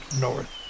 north